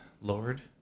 Lord